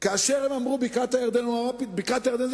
כאשר הם אמרו בקעת-הירדן, הם אמרו: